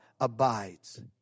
abides